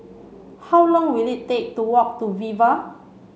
how long will it take to walk to Viva